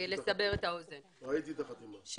ראיתי את החתימה.